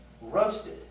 roasted